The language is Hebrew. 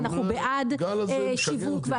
אנחנו בעד שיווק,